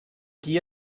qui